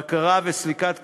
הבקרה וסליקת הכספים,